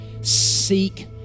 Seek